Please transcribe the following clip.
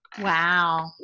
Wow